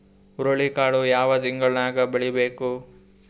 ಹುರುಳಿಕಾಳು ಯಾವ ತಿಂಗಳು ನ್ಯಾಗ್ ಬೆಳಿಬೇಕು?